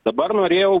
dabar norėjau